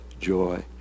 joy